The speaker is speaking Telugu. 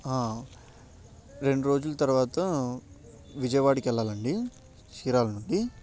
రెండు రోజుల తరువాత విజయవాడకి వెళ్ళాలండి చీరాల నుండి